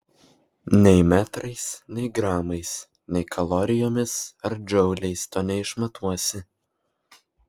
nei metrais nei gramais nei kalorijomis ar džauliais to neišmatuosi